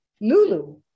Lulu